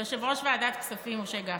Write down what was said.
ליושב-ראש ועדת הכספים משה גפני.